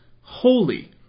holy